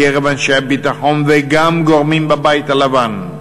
מקרב אנשי הביטחון, וגם גורמים בבית הלבן,